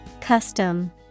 Custom